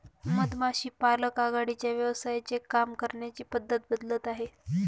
मधमाशी पालक आघाडीच्या व्यवसायांचे काम करण्याची पद्धत बदलत आहे